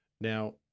Now